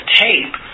tape